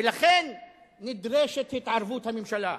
ולכן נדרשת התערבות הממשלה.